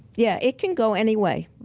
yeah, it can go any way.